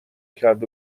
کرد